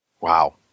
Wow